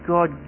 God